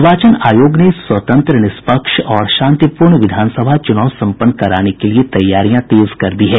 निर्वाचन आयोग ने स्वतंत्र निष्पक्ष और शांतिपूर्ण विधानसभा चूनाव सम्पन्न कराने के लिए तैयारियां तेज कर दी है